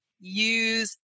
use